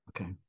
Okay